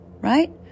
right